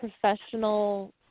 professional